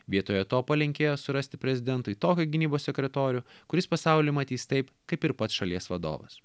vietoje to palinkėjo surasti prezidentui tokį gynybos sekretorių kuris pasaulį matys taip kaip ir pats šalies vadovas